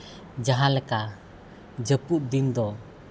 ᱡᱟᱦᱟᱸᱞᱮᱠᱟ ᱡᱟᱹᱯᱩᱫ ᱫᱤᱱ ᱫᱚ